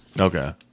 Okay